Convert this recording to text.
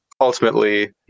ultimately